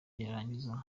yarangiza